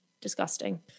disgusting